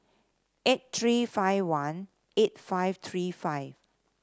eight three five one eight five three five